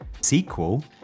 sequel